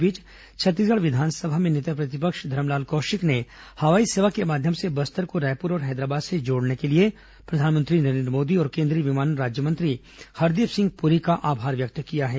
इस बीच छत्तीसगढ़ विधानसभा में नेता प्रतिपक्ष धरमलाल कौशिक ने हवाई सेवा के माध्यम से बस्तर को रायपुर और हैदराबाद से जोड़ने के लिए प्रधानमंत्री नरेन्द्र मोदी और केंद्रीय विमानन राज्यमंत्री हरदीप सिंह पुरी का आभार व्यक्त किया है